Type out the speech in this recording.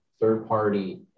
third-party